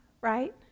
right